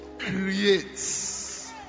Creates